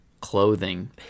clothing